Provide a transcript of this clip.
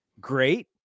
great